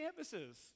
campuses